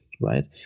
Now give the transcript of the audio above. right